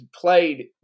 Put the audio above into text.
played